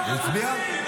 תתבייש.